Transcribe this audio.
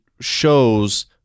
shows